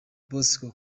bosco